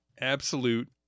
absolute